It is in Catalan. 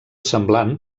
semblant